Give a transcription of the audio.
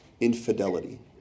Infidelity